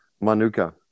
manuka